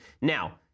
Now